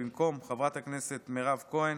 במקום חברת הכנסת מירב כהן